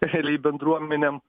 realiai bendruomenėm